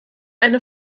eine